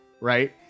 right